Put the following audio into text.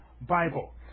Bible